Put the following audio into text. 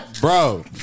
Bro